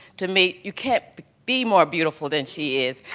to me, you can't be more beautiful than she is,